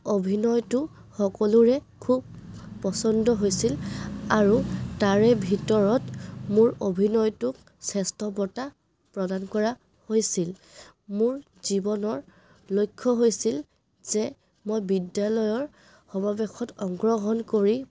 অভিনয়টো সকলোৰে খুব পচন্দ হৈছিল আৰু তাৰে ভিতৰত মোৰ অভিনয়টোক শ্ৰেষ্ঠ বঁটা প্ৰদান কৰা হৈছিল মোৰ জীৱনৰ লক্ষ্য হৈছিল যে মই বিদ্যালয়ৰ সমৱেশত অংগ্ৰগহণ কৰি